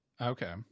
Okay